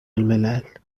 الملل